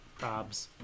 Probs